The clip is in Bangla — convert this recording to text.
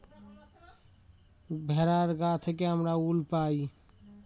ভেড়ার গা থেকে আমরা উল পাই